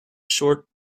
short